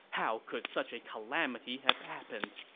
how could such a calamity have happened?